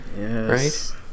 right